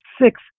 six